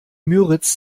müritz